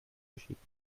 geschickt